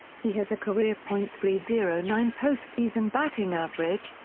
he has a career point three zero nine postseason batting average,